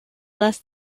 less